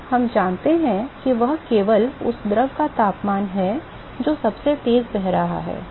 तो हम जो जानते हैं वह केवल उस द्रव का तापमान है जो सबसे तेज़ बह रहा है